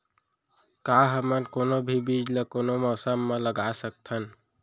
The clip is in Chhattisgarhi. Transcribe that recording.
का हमन कोनो भी बीज ला कोनो मौसम म लगा सकथन?